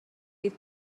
fydd